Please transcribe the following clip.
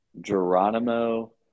Geronimo